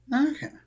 Okay